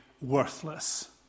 worthless